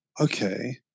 okay